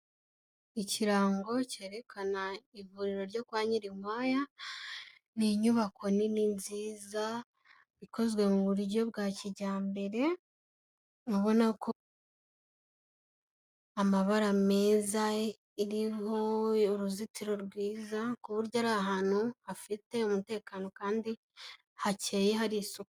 Ikirango cyerekana ivuriro ryo kwa Nyirinkwaya, ni inyubako nini nziza ikozwe mu buryo bwa kijyambere, ubona ko amabara meza iriho uruzitiro rwiza, ku buryo ari ahantu hafite umutekano kandi hakeye hari isuku.